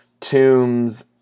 tombs